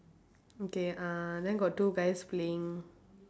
okay uh then got two guys playing